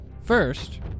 first